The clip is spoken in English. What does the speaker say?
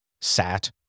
sat